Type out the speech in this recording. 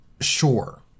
Sure